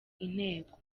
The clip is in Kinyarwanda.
inteko